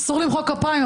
אסור למחוא כפיים,